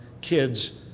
kids